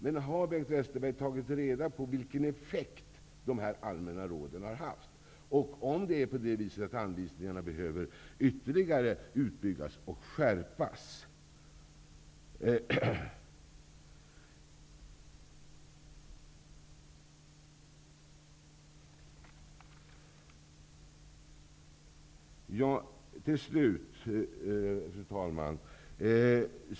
Men har Bengt Westerberg tagit reda på vilken effekt dessa allmänna råd har haft och om anvisningarna behöver ytterligare utbyggas och skärpas? Fru talman!